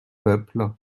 peuple